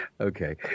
okay